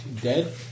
dead